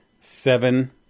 seven